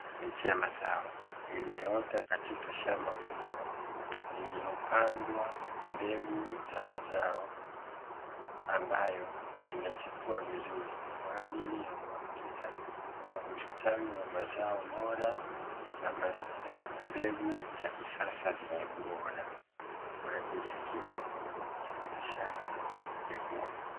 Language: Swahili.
Miche ya mazao iliyoota katika shamba kubwa lililopandwa mbegu za mazao, ambayo imechipua vizuri kwa ajili ya uhakika wa ustawi wa mazao bora na mbegu za kisasa zenye ubora, kwa ajili ya kilimo cha biashara na chakula.